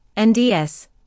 NDS